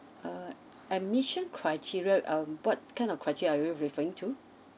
uh admission criteria um what kind of criteria are you referring to